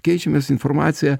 keičiamės informacija